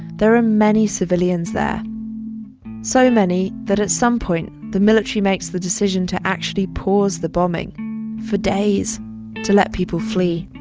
there are many civilians there so many that at some point, the military makes the decision to actually pause the bombing for days to let people flee.